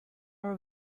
are